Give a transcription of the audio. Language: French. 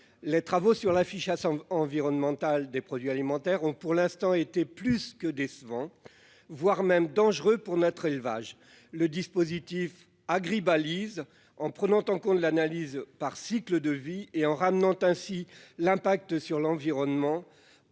les travaux sur l'affichage environnemental des produits alimentaires ont, pour l'instant, été plus que décevants, voire dangereux, pour notre élevage. Le dispositif Agribalyse, en s'appuyant sur l'analyse du cycle de vie et en ramenant ainsi l'impact sur l'environnement